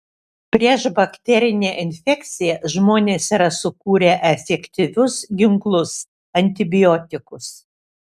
prieš bakterinę infekciją žmonės yra sukūrę efektyvius ginklus antibiotikus